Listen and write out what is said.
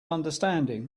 understanding